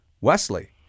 Wesley